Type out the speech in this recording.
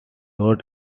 road